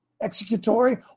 executory